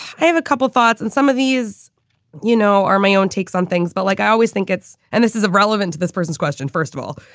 i have a couple of thoughts and some of these you know are my own takes on things. but like i always think it's and this is irrelevant to this person's question, first of all.